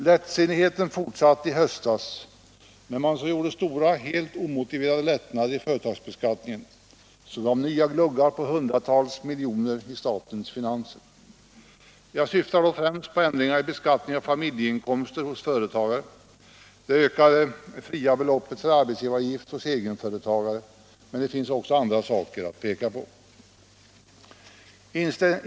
Lättsinnigheten fortsatte i höstas när man genomförde stora och helt omotiverade lättnader i företagsbeskattningen, som medförde nya gluggar på hundratals miljoner i statens finanser. Jag syftar då främst på ändringarna i beskattningen av familjeinkomster hos företagare och ökningen av det fria beloppet för arbetsgivaravgift hos egenföretagare. Men det finns också andra saker att peka på.